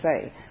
say